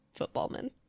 Footballman